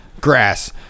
grass